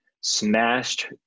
smashed